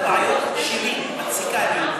אחת הבעיות שמציקה לי,